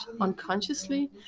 unconsciously